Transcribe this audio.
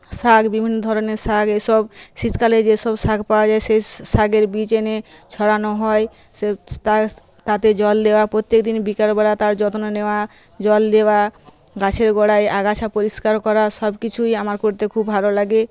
শাক বিভিন্ন ধরনের শাক এই সব শীতকালে যে সব শাক পাওয়া যায় সেই শাগের বীজ এনে ছড়ানো হয় তাতে জল দেওয়া প্রত্যেক দিন বিকাল বেলা তার যত্ন নেওয়া জল দেওয়া গাছের গোড়ায় আগাছা পরিষ্কার করা সব কিছুই আমার করতে খুব ভালো লাগে